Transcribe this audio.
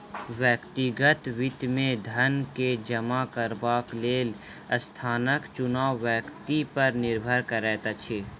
व्यक्तिगत वित्त मे धन के जमा करबाक लेल स्थानक चुनाव व्यक्ति पर निर्भर करैत अछि